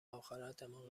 آخرتمان